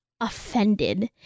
Offended